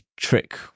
trick